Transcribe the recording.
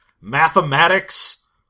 mathematics